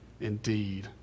indeed